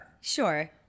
Sure